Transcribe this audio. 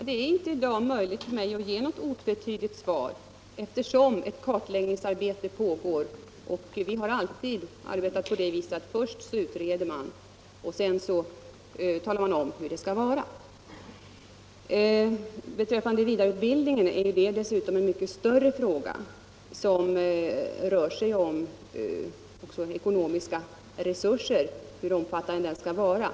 Herr talman! Det är i dag inte möjligt för mig att ge något otvetydigt svar, eftersom ett kartläggningsarbete pågår och man alltid har arbetat på det sättet att först utreder man och sedan talar man om hur det skall vara. Vidareutbildningen är dessutom en mycket större fråga, som också rör sig om hur omfattande de ekonomiska resurserna skall vara.